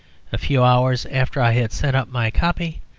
a few hours after i had sent up my copy,